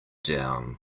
down